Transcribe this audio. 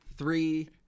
Three